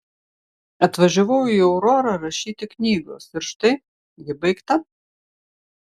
atvažiavau į aurorą rašyti knygos ir štai ji baigta